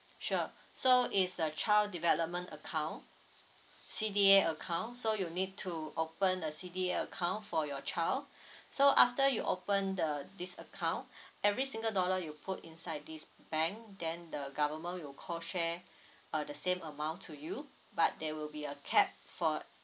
sure so is a child development account C_D_A account so you need to open a C_D_A account for your child so after you open uh this account every single dollar you put inside this bank then the government will co share uh the same amount to you but there will be a cap for